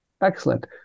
Excellent